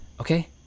okay